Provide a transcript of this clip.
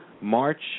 March